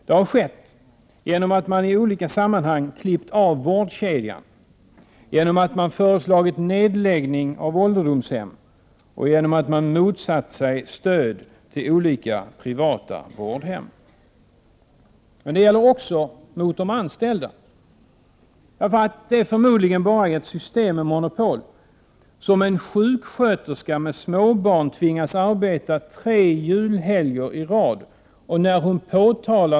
Det har skett genom att man i olika sammanhang klippt av vårdkedjan, genom att man föreslagit nedläggning av ålderdomshem och genom att man motsatt sig stöd till olika privata vårdhem. Det gäller också uppträdandet mot de anställda. Det är förmodligen bara i ett system med monopol som en sjuksköterska med småbarn tvingas arbeta tre julhelger i Prot. 1988/89:105 rad.